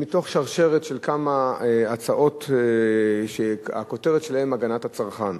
היא מתוך שרשרת של כמה הצעות שהכותרת שלהן "הגנת הצרכן",